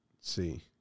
see